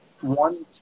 one